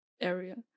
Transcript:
area